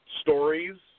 Stories